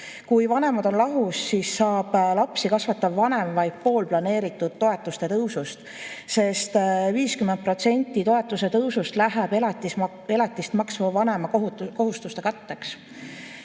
Kui vanemad on lahus, saab lapsi kasvatav vanem vaid pool planeeritud toetuste tõusust, sest 50% toetuse tõusust läheb elatist maksva vanema kohustuste katteks.